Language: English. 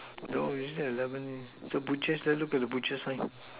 no usually eleven the butcher's there look at the butcher's one